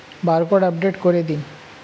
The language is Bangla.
বারকোড আপডেট করে দিন?